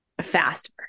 faster